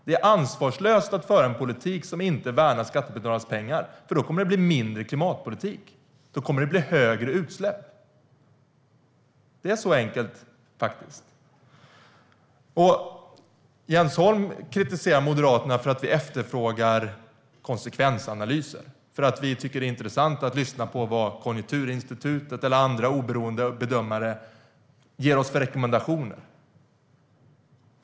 Det är ansvarslöst att föra en politik som inte värnar skattebetalarnas pengar, för då kommer det att bli mindre klimatpolitik. Då kommer det att bli större utsläpp. Så enkelt är det. Jens Holm kritiserar Moderaterna för att vi efterfrågar konsekvensanalyser och för att vi tycker att det är intressant att lyssna på vilka rekommendationer Konjunkturinstitutet eller andra oberoende bedömare ger oss.